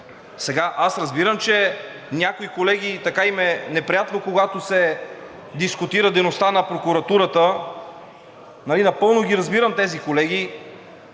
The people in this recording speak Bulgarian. Аз разбирам сега, че на някои колеги им е неприятно, когато се дискутира дейността на прокуратурата, напълно ги разбирам тези колеги.